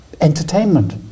entertainment